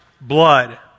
blood